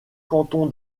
canton